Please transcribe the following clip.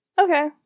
Okay